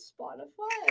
Spotify